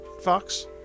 Fox